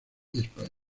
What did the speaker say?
españa